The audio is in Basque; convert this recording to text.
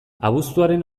abuztuaren